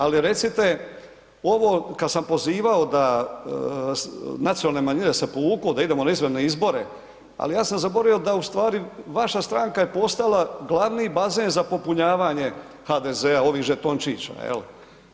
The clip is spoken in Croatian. Ali recite ovo kad sam pozivao da nacionalne manjine se povuku, da idemo na izbore, ali ja sam zaboravio da u stvari vaša stranka je postala glavni bazen za popunjavanje HDZ-a, ovih žetončića, je li?